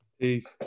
Peace